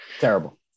Terrible